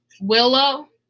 Willow